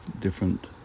different